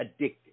addictive